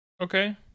Okay